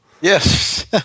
Yes